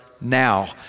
now